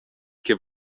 che